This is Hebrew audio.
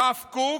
הרב קוק,